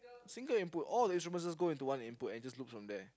single input all the instruments just go into one input and just loop from there